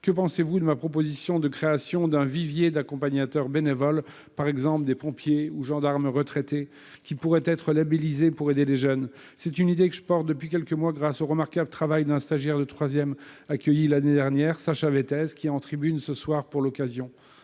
Que pensez-vous de ma proposition de création d'un vivier d'accompagnateurs bénévoles, par exemple des pompiers ou gendarmes retraités, qui pourraient être labélisés, pour aider les jeunes ? C'est une idée que je défends depuis quelques mois, grâce au remarquable travail d'un stagiaire de troisième accueilli l'année dernière, Sacha Vettese, qui est présent dans nos